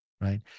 right